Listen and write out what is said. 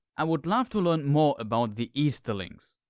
i would love to learn more about the easterlings.